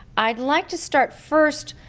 i'd like to start, first,